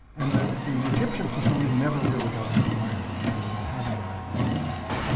and the the egyptians, for some reason, never really caught onto iron, maybe they don't have any iron anywhere there,